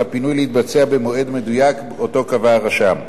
על הפינוי להתבצע במועד המדויק שאותו קבע הרשם.